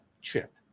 Chip